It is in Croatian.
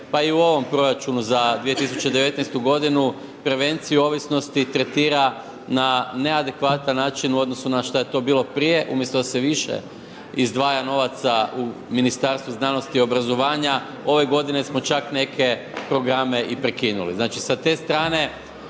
pa i u ovom proračunu za 2019. godinu, prevenciju ovisnosti tretira na neadekvatan način u odnosu na šta je to bilo prije, umjesto da se više izdvaja novaca u Ministarstvu znanosti i obrazovanja, ove godine smo čak neke programe i prekinuli.